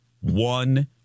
one